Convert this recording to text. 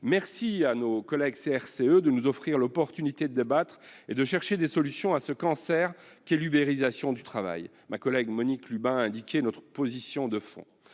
remercie mes collègues du groupe CRCE de nous offrir l'opportunité de débattre et de chercher des solutions à ce cancer qu'est l'ubérisation du travail. Monique Lubin a indiqué notre position de fond